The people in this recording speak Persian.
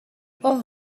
اوه